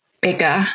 bigger